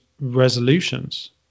resolutions